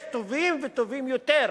יש טובים וטובים יותר,